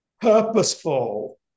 purposeful